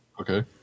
Okay